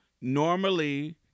Normally